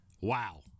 Wow